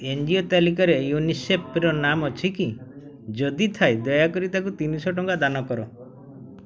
N G O ତାଲିକାରେ ୟୁନିସେଫ୍ର ନାମ ଅଛିକି ଯଦି ଥାଏ ଦୟାକରି ତା'କୁ ତିନିଶହଟଙ୍କା ଦାନ କର